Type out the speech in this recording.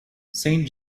saint